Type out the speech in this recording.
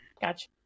gotcha